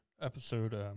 episode